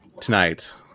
Tonight